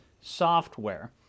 software